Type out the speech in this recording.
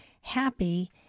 happy